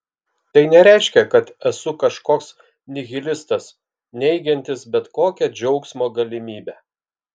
tai nereiškia kad esu kažkoks nihilistas neigiantis bet kokią džiaugsmo galimybę